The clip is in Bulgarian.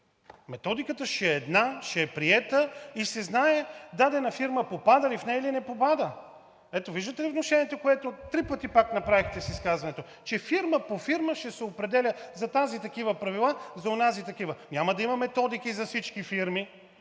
Методиката ще е една, ще е приета и ще се знае дадена фирма попада ли в нея, или не попада. Ето, виждате ли внушението, което три пъти пак направихте с изказването, че фирма по фирма ще се определя – за тази такива правила, за онази такива. Няма да има методики за всички фирми.